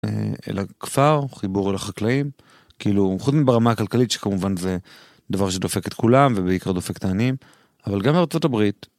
אל הכפר, חיבור אל החקלאים, כאילו חוץ מברמה הכלכלית שכמובן זה דבר שדופק את כולם ובעיקר דופק את העניים, אבל גם ארצות הברית.